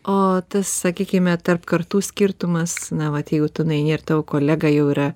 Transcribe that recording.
o tas sakykime tarp kartų skirtumas na vat jeigu tu nueini ir tavo kolega jau yra